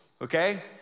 Okay